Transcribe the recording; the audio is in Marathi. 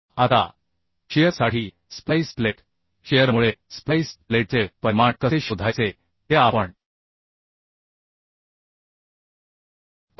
आता शिअरसाठी स्प्लाईस प्लेट शिअरमुळे स्प्लाईस प्लेटचे परिमाण कसे शोधायचे ते आपण पाहू